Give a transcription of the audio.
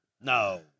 No